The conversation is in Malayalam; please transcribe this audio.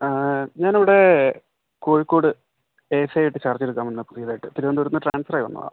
ഞാൻ ഇവിടെ കോഴിക്കോട് എ എസ്ഐ ആയിട്ട് ചാർജ് എടുക്കാൻ വന്നതാണ് പുതിയത് ആയിട്ട് തിരുവനന്തപുരത്തിന്ന് ട്രാൻസ്ഫർ ആയി വന്നതാണ്